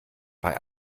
bei